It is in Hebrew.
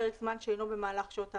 "מנוחה" פרק זמן שאינו במהלך שעות העבודה.